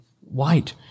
White